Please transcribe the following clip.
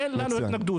אין לנו התנגדות.